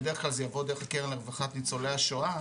בדרך כלל זה יבוא דרך הקרן לרווחת ניצולי השואה,